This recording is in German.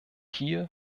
hier